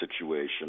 situation